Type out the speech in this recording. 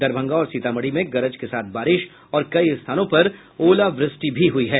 दरभंगा और सीतामढ़ी में गरज के साथ बारिश और कई स्थानों पर ओलावृष्टि भी हुई है